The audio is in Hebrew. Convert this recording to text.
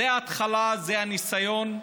זו ההתחלה, זה הניסיון.